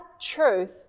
truth